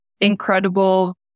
incredible